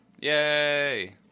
Yay